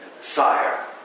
sire